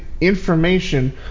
information